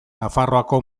nafarroako